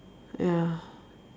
ya